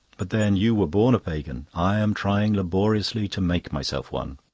but, then, you were born a pagan i am trying laboriously to make myself one.